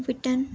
Britain